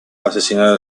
asesinar